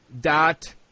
Dot